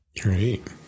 Great